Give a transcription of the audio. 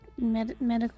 Medical